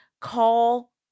call